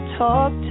talk